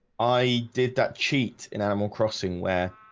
i did that cheat in animal crossing where?